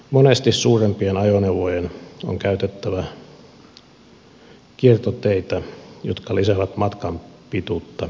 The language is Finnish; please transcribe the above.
monesti suurempien ajoneuvojen on käytettävä kiertoteitä jotka lisäävät matkan pituutta ja kuluja